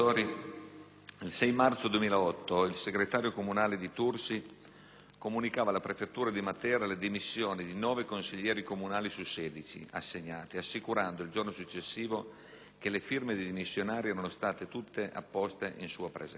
il 6 marzo 2008, il segretario comunale di Tursi comunicava alla prefettura di Matera le dimissioni di nove consiglieri comunali su sedici assegnati, assicurando, il giorno successivo, che le firme dei dimissionari erano state tutte apposte in sua presenza.